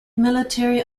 military